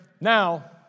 now